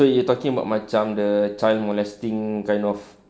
so you are talking about macam child molesting kind of